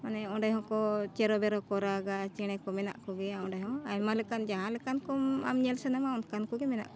ᱢᱟᱱᱮ ᱚᱸᱰᱮ ᱦᱚᱸᱠᱚ ᱪᱮᱨᱚᱵᱮᱨᱚ ᱠᱚ ᱨᱟᱜᱟ ᱪᱮᱬᱮ ᱠᱚ ᱢᱮᱱᱟᱜ ᱠᱚᱜᱮᱭᱟ ᱚᱸᱰᱮ ᱦᱚᱸ ᱟᱭᱢᱟ ᱞᱮᱠᱟᱱ ᱡᱟᱦᱟᱸ ᱞᱮᱠᱟᱱ ᱠᱚᱢ ᱟᱢ ᱧᱮᱞ ᱥᱟᱱᱟᱢ ᱚᱱᱠᱟᱱ ᱠᱚᱜᱮ ᱢᱮᱱᱟᱜ ᱠᱚᱣᱟ